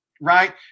right